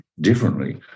differently